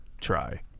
try